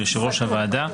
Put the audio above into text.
ליושב-ראש הוועדה,